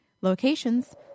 locations